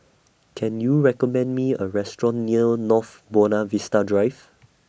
Can YOU recommend Me A Restaurant near North Buona Vista Drive